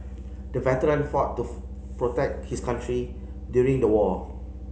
the veteran fought to protect his country during the war